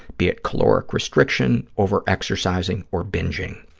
be it caloric restriction, over-exercising or bingeing.